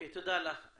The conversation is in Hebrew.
תודה לך.